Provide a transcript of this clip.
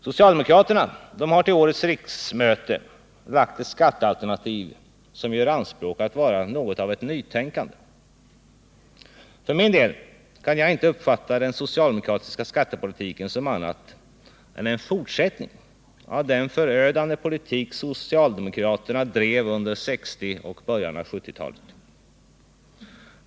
Socialdemokraterna har till årets riksmöte lagt fram ett skattealternativ som gör anspråk på att vara något av ett nytänkande. För min del kan jag inte uppfatta den socialdemokratiska skattepolitiken som något annat än en fortsättning av den förödande politik socialdemokraterna drev under 1960 talet och början av 1970-talet.